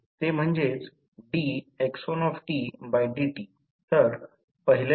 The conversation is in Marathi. पुन्हा V1 V2 I 1 पुन्हा 100 1000